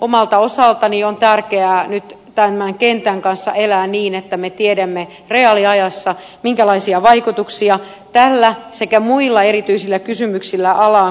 omalta osaltani on tärkeää nyt tämän kentän kanssa elää niin että me tiedämme reaaliajassa minkälaisia vaikutuksia tällä sekä muilla erityisillä kysymyksillä alaan kohdistuu